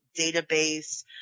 database